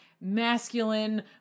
masculine